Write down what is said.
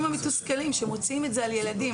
המתוסכלים שמוציאים את זה על ילדים,